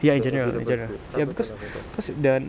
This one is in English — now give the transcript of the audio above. ya in general in general ya because because the